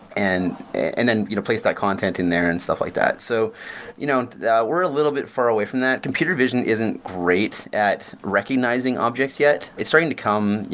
and and then you know place that content in there and stuff like that so you know that we're a little bit far away from that. computer vision isn't great at recognizing objects yet. it's going to come,